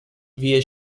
via